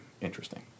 interesting